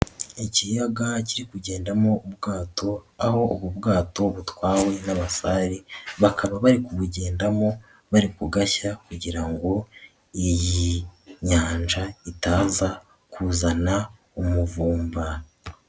Ikiyaga kiri kugendamo ubwato, aho ubu bwato butwawe n'abasare, bakaba bari kubugendamo bari kugashya kugira ngo iyi nyanja itaza kuzana umuvumba.